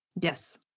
Yes